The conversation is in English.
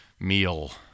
meal